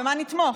במה נתמוך?